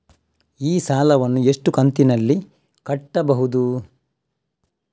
ಈ ಸಾಲವನ್ನು ಎಷ್ಟು ಕಂತಿನಲ್ಲಿ ಕಟ್ಟಬಹುದು?